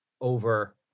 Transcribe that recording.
over